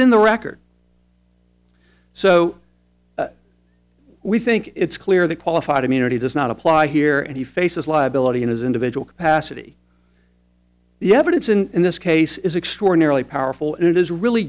in the record so we think it's clear that qualified immunity does not apply here and he faces liability in his individual capacity the evidence in this case is extraordinarily powerful and it is really